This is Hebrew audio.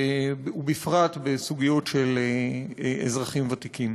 ובפרט בסוגיות של אזרחים ותיקים.